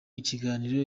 kiganiro